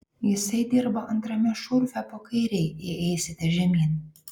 jisai dirba antrame šurfe po kairei jei eisite žemyn